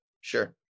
sure